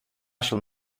shall